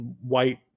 white